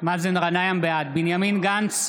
בנימין גנץ,